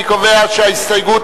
אני קובע שההסתייגות